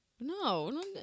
no